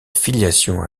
filiation